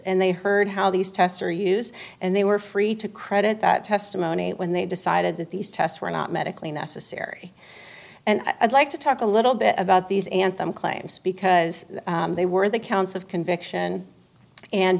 and they heard how these tests are used and they were free to credit that testimony when they decided that these tests were not medically necessary and i'd like to talk a little bit about these anthem claims because they were the counts of conviction and